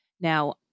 Now